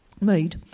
Made